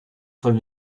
von